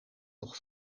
nog